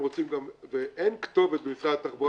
ואין כתובת במשרד התחבורה,